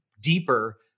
deeper